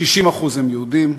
60% הם יהודים.